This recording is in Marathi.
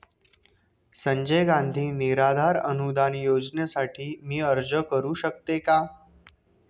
संजय गांधी निराधार अनुदान योजनेसाठी मी अर्ज करू शकते का?